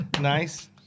Nice